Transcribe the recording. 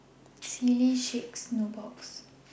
Sealy Schick and Nubox